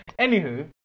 Anywho